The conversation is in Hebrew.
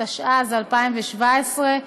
התשע"ז 2017,